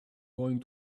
going